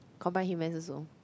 combined humans also